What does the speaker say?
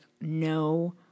no